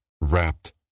wrapped